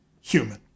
human